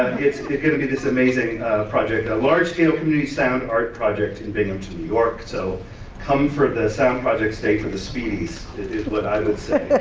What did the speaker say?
gonna be this amazing project, a large-scale community sound art project in binghamton, new york, so come for the sound project, stay for the speedies is is what i would say.